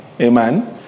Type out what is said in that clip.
Amen